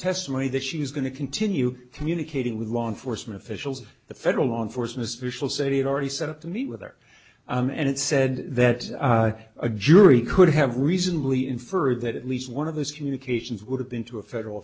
testimony that she's going to continue communicating with law enforcement officials the federal law enforcement official said he had already set up to meet with her and it said that a jury could have reasonably infer that at least one of those communications would have been to a federal